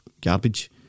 garbage